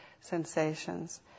sensations